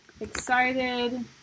excited